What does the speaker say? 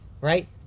right